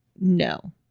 No